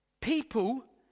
People